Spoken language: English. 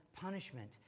punishment